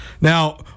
Now